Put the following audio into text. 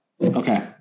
Okay